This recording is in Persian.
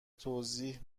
توضیح